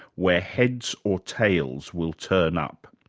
where heads or tails will turn up.